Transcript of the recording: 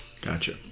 Gotcha